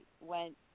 went